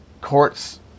courts